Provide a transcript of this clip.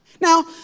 Now